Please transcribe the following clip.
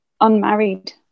unmarried